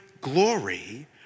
glory